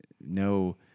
no